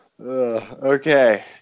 Okay